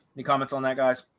the comments on that, guys?